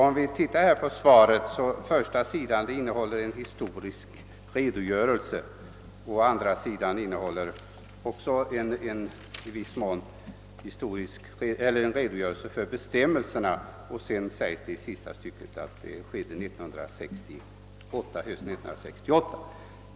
Första sidan av svaret innehåller en historisk redogörelse, och på andra sidan finns en redogörelse för bestämmelserna. I sista stycket sägs att den första personbedömningen genomfördes under hösten 1968.